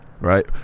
Right